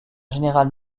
général